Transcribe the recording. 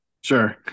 Sure